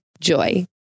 JOY